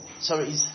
Sorry